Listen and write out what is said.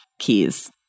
keys